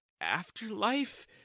afterlife